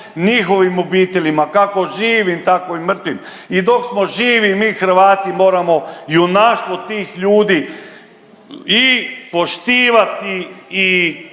njihovim obiteljima, kako živim, tako i mrtvim i dok smo živi mi Hrvati moramo junaštvo tih ljudi i poštivati i